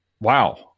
wow